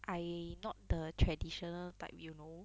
I not the traditional type you know